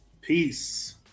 peace